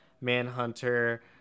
Manhunter